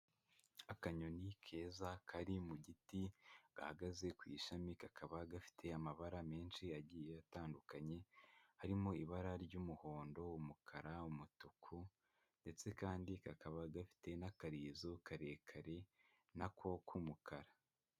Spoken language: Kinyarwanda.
Akanyoni keza kari mu giti gahagaze ku ishami kakaba gafite amabara menshi agiye atandukanye, harimo ibara ry'umuhondo, umukara, umutuku ndetse kandi kakaba gafite n'akarizo karekare na ko k'umukara.